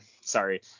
sorry